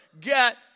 get